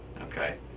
Okay